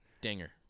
Dinger